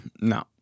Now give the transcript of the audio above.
No